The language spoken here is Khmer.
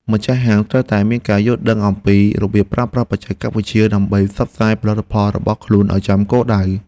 ម្ចាស់ហាងត្រូវតែមានការយល់ដឹងអំពីរបៀបប្រើប្រាស់បច្ចេកវិទ្យា ដើម្បីផ្សព្វផ្សាយផលិតផលរបស់ខ្លួនឱ្យចំគោលដៅ។